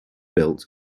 built